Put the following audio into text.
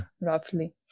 Roughly